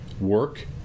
work